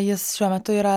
jis šiuo metu yra